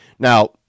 Now